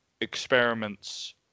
experiments